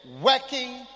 working